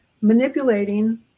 manipulating